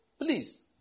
Please